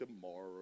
tomorrow